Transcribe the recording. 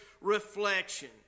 reflection